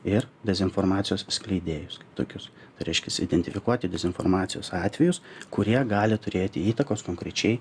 ir dezinformacijos skleidėjus tokius reiškias identifikuoti dezinformacijos atvejus kurie gali turėti įtakos konkrečiai